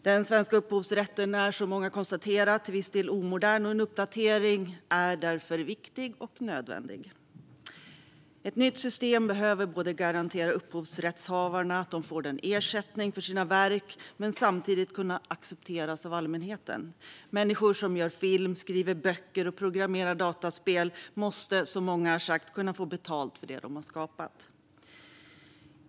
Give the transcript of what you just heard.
Den svenska upphovsrätten är som många konstaterat till viss del omodern, och en uppdatering är därför viktig och nödvändig. Ett nytt system behöver både garantera att upphovrättshavarna får ersättning för sina verk och kunna accepteras av allmänheten. Människor som gör film, skriver böcker eller programmerar dataspel måste få betalt för det de skapat.